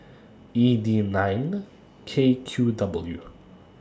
E D nine K Q W